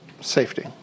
safety